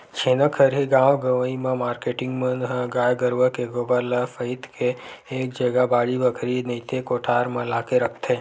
छेना खरही गाँव गंवई म मारकेटिंग मन ह गाय गरुवा के गोबर ल सइत के एक जगा बाड़ी बखरी नइते कोठार म लाके रखथे